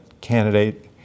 candidate